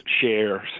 shares